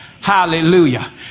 Hallelujah